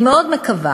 אני מאוד מקווה